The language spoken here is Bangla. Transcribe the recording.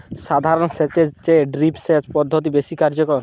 সাধারণ সেচ এর চেয়ে ড্রিপ সেচ পদ্ধতি বেশি কার্যকর